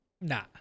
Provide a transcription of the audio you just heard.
Nah